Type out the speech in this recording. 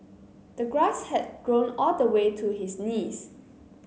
the grass had grown all the way to his knees